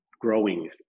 growing